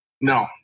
No